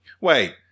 Wait